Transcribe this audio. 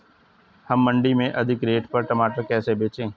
हम मंडी में अधिक रेट पर टमाटर कैसे बेचें?